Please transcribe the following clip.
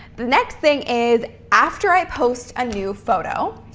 the next thing is, after i post a new photo,